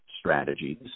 strategies